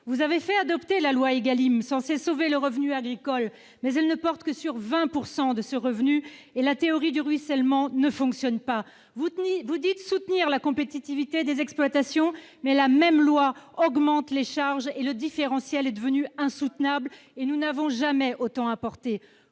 Vous avez fait adopter la loi Égalim, censée sauver le revenu agricole, mais celle-ci ne porte que sur 20 % de ce revenu. La théorie du ruissellement ne fonctionne pas ! Vous dites soutenir la compétitivité des exploitations, mais la même loi augmente les charges. Le différentiel est devenu insoutenable, alors que nous n'avons jamais autant importé.